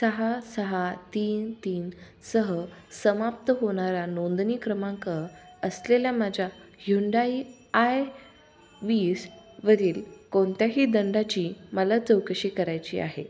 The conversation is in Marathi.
सहा सहा तीन तीनसह समाप्त होणाऱ्या नोंदणीक्रमांक असलेल्या माझ्या ह्युंडाई आय वीसवरील कोणत्याही दंडाची मला चौकशी करायची आहे